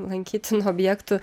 lankytinų objektų